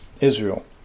Israel